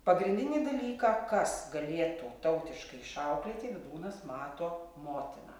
pagrindinį dalyką kas galėtų tautiškai išauklėti vydūnas mato motiną